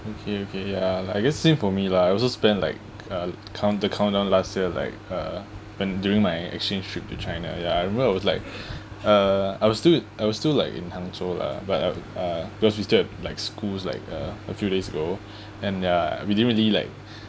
okay okay ya I guess same for me lah I also spend like uh count~ the countdown last year like uh when during my exchange trip to china ya I remember it was like uh I was still i~ I was still like in hangzhou lah but uh uh because we still have like schools like uh a few days ago and ya we didn't really like